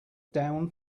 down